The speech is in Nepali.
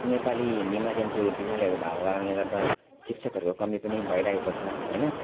नेपाली हिन्दी माध्यमको विद्यालयहरू भएको कारणले गर्दा शिक्षकहरूको कमी पनि भइरहेको छ होइन